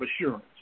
assurance